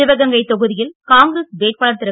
சிவகங்கை தொகுதியில் காங்கிரஸ் வேட்பாளர் திரு